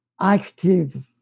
active